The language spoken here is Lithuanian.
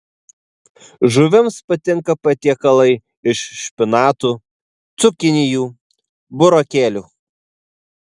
žuvims patinka patiekalai iš špinatų cukinijų burokėlių